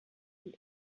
dem